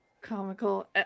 comical